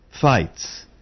fights